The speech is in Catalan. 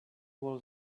vols